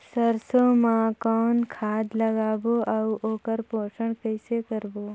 सरसो मा कौन खाद लगाबो अउ ओकर पोषण कइसे करबो?